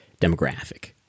demographic